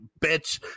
bitch